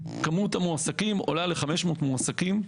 כמות המועסקים עולה ל-500 מועסקים,